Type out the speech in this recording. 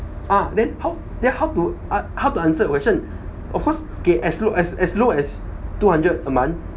ah then how then how to how to answer your question of course okay as low as as low as two hundred a month